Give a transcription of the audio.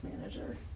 manager